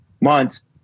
months